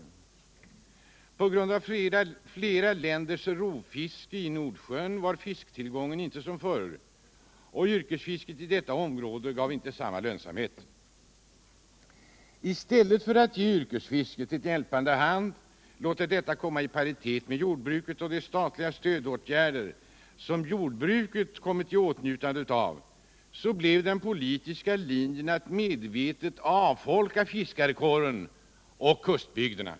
På grund av flera länders rovfiske i Nordsjön var fisktillgången inte som förr, och yrkesfisket i detta område gav inte samma lönsamhet. I stället för att ge yrkesfisket en hjälpande hand och låta detta komma i paritet mec jordbruket när det gäller statliga stödåtgärder blev den politiska linjen att medvetet avfolka fiskarkåren och kustbygderna.